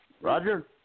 Roger